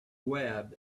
web